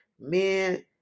men